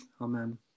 amen